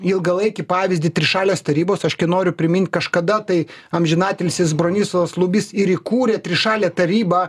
ilgalaikį pavyzdį trišalės tarybos aš ki noriu primint kažkada tai amžinatilsis bronislovas lubys ir įkūrė trišalę tarybą